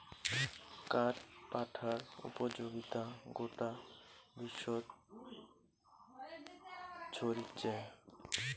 কাঠ পাটার উপযোগিতা গোটা বিশ্বত ছরিচে